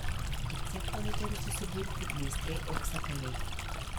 į cechą nutarė susiburti meistrai auksakaliai